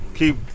Keep